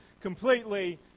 completely